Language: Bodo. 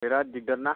बिराथ दिगदार ना